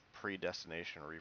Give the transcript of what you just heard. Predestination